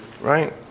right